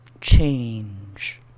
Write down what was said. change